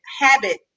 habit